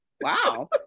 wow